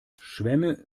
schwämme